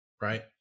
right